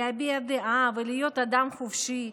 להביע דעה ולהיות אדם חופשי.